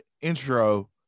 intro